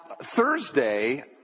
Thursday